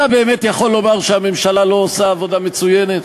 אתה באמת יכול לומר שהממשלה לא עושה עבודה מצוינת?